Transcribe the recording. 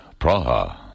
Praha